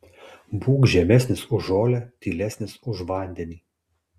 būk žemesnis už žolę tylesnis už vandenį